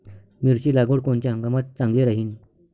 मिरची लागवड कोनच्या हंगामात चांगली राहीन?